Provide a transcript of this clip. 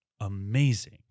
amazing